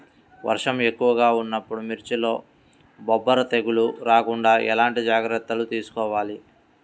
వర్షం ఎక్కువగా ఉన్నప్పుడు మిర్చిలో బొబ్బర తెగులు రాకుండా ఎలాంటి జాగ్రత్తలు తీసుకోవాలి?